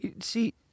see